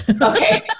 Okay